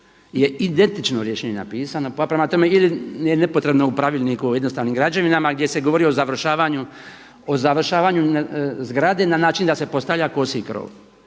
je identično rješenje napisano, pa prema tome ili je nepotrebno u Pravilniku o jednostavnim građevinama gdje se govori o završavanju zgrade na način da se postavlja kosi krov.